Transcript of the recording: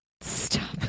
Stop